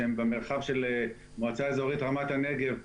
שהן במרחב של מועצה אזורית רמת הנגב,